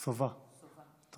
סובה, השני.